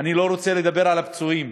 אני לא רוצה לדבר על הפצועים,